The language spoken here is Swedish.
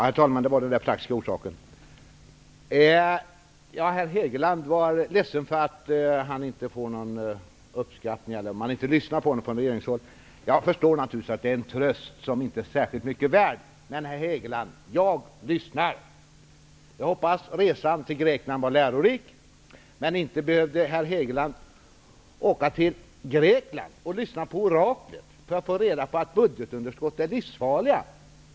Herr talman! Herr Hegeland var ledsen för att man från regeringshåll inte lyssnar på honom. Jag förstår att det är en tröst som inte är särskilt mycket värd, men herr Hegeland: Jag lyssnar! Jag hoppas att resan till Grekland var lärorik, men inte behövde herr Hegeland åka till Grekland och lyssna på orakel för att få reda på att budgetunderskott är livsfarliga.